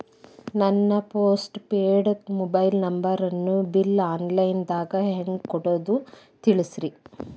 ನನ್ನ postpaid mobile ನಂಬರನ್ನು bill online ದಾಗ ಹೆಂಗ್ ಕಟ್ಟೋದು ತಿಳಿಸ್ರಿ